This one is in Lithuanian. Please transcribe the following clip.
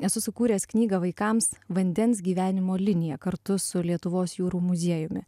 esu sukūręs knygą vaikams vandens gyvenimo linija kartu su lietuvos jūrų muziejumi